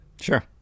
Sure